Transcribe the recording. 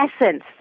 essence